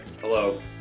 Hello